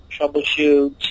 troubleshoot